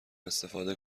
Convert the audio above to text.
استفاده